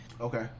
Okay